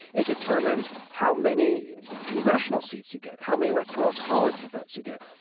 it determines how many congressional seats you get, how many electoral college votes you get.